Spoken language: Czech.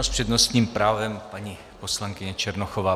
S přednostním právem paní poslankyně Černochová.